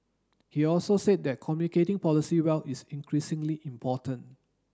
he also said that communicating policy well is increasingly important